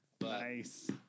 Nice